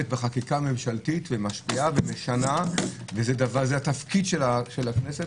בחקיקה ממשלתית ומשפיעה ומשנה וזה תפקיד הכנסת,